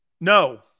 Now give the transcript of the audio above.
No